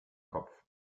kopf